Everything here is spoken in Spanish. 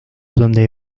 donde